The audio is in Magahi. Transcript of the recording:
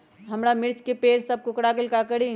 हमारा मिर्ची के पेड़ सब कोकरा गेल का करी?